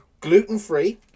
gluten-free